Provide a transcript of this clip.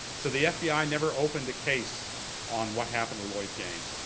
so the fbi never opened a case on what happened to lloyd gaines.